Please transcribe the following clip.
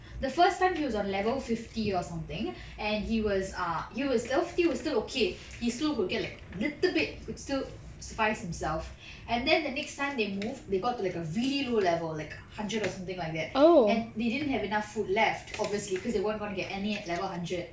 the first time he was on level fifty or something and he was err he was level fifty was still okay he still will get like little bit it could still suffice himself and then the next time they move they got to like a really low level like hundred or something like that and they didn't have enough food left obviously because they weren't going to get at level hundred